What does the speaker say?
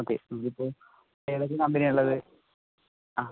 okay നമുക്കിപ്പോൾ ഏതൊക്കെ കമ്പനിയാണ് ഉള്ളത് ആ